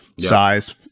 size –